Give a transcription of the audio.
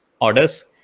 orders